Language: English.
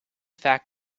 fact